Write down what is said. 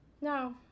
No